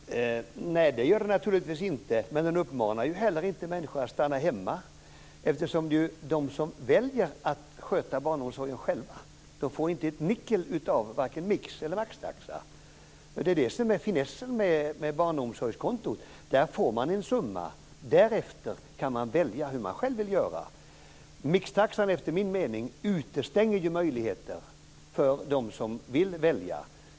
Herr talman! Nej, det gör den naturligtvis inte. Men den uppmanar inte heller människor att stanna hemma. De som väljer att själva ta hand om barnomsorgen får inte ett nickel av vare sig mix eller maxtaxa. Det är det som är finessen med barnomsorgskonto. Då får man en summa, och därefter kan man välja hur man själv vill göra. Enligt min mening utestänger mixtaxan möjligheter för dem som vill välja.